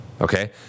okay